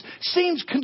seems